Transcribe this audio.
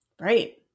Right